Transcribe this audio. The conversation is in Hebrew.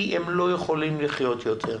כי הם לא יכולים לחיות יותר.